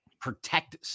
protect –